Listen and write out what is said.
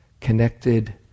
connected